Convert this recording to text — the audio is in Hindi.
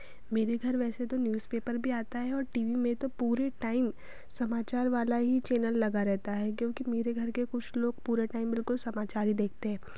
मेरे घर वैसे तो न्यूज़पेपर भी आता है और टी वी में तो पूरे टाइम समाचार वाला ही चैनल लगा रहता है क्योंकि मेरे घर के कुछ लोग पूरा टाइम बिलकुल समाचार ही देखते हैं